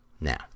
now